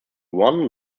one